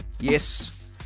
yes